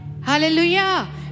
Hallelujah